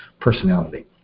personality